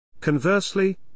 Conversely